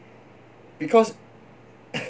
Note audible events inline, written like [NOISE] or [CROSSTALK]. because [COUGHS]